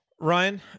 Ryan